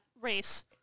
race